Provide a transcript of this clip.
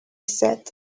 said